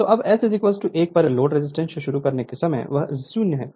Refer Slide Time 0206 तो अब S 1 पर लोड रेजिस्टेंस शुरू करने के समय वह 0 है